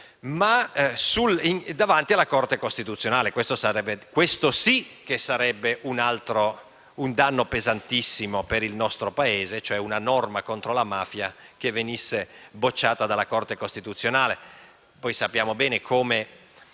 ma davanti alla Corte costituzionale. Questo sì sarebbe un danno pesantissimo per il nostro Paese: una norma contro la mafia bocciata dalla Corte costituzionale.